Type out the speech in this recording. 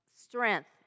strength